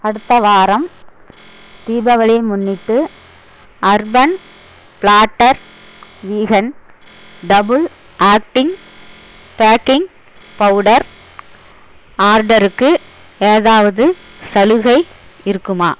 அடுத்த வாரம் தீபாவளியை முன்னிட்டு urban platter vegan double acting baking powder ஆர்டருக்கு ஏதாவது சலுகை இருக்குமா